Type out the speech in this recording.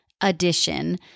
addition